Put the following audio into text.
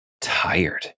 tired